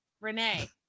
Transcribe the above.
Renee